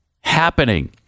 happening